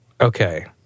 Okay